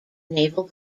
naval